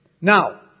Now